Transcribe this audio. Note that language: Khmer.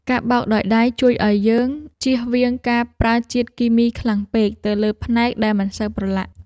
ការបោកដោយដៃជួយឱ្យយើងចៀសវាងការប្រើជាតិគីមីខ្លាំងពេកទៅលើផ្នែកដែលមិនសូវប្រឡាក់។